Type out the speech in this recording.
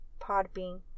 Podbean